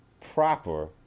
proper